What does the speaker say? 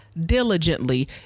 diligently